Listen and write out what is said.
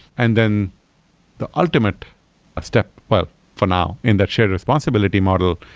and then the ultimate step well, for now, in that shared responsibility model,